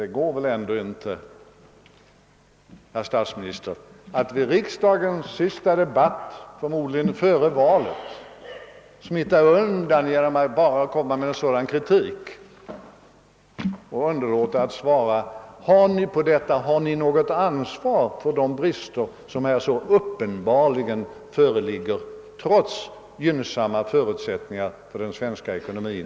Det går inte, herr statsminister, att vid riksdagens förmodligen sista debatt före valet smita undan genom att bara föra fram en sådan kritik och underlåta ait svara på frågan, om regeringen har något ansvar för de brister som här uppenbarligen föreligger trots gynnsamma förutsättningar i utlandet för den svenska ekonomin.